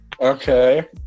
Okay